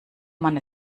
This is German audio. man